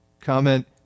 Comment